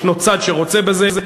יש מי שרוצה בזה,